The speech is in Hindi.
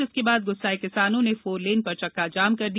जिसके बाद ग्स्साए किसानों ने फोरलेन पर चक्का जाम कर दिया